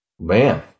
Man